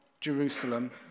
Jerusalem